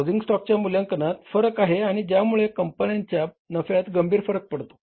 closing स्टॉकच्या मूल्यांकनात फरक आहे आणि ज्यामुळे कंपन्यांच्या नफ्यात गंभीर फरक पडतो